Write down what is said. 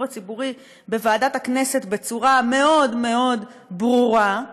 הציבורי בוועדת הכנסת בצורה מאוד מאוד ברורה,